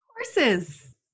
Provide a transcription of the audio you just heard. Horses